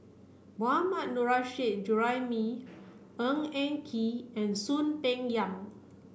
Mohammad Nurrasyid Juraimi Ng Eng Kee and Soon Peng Yam